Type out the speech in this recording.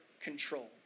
control